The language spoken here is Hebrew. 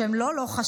שהם לא לא-חשובים.